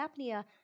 apnea